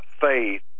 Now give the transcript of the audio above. faith